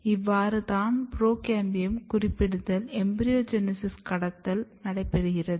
இவ்வாறு தான் புரோகேம்பியம் குறிப்பிடுதல் எம்பிரியோஜெனிசிஸ் கட்டத்தில் நடைபெறுகிறது